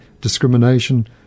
discrimination